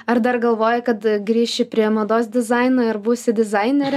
ar dar galvoji kad grįši prie mados dizaino ir būsi dizainerė